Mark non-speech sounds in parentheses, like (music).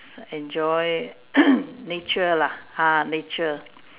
enjoy (coughs) nature lah ah nature